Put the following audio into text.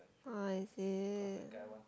oh is it